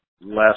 less